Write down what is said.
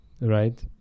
right